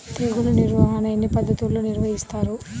తెగులు నిర్వాహణ ఎన్ని పద్ధతుల్లో నిర్వహిస్తారు?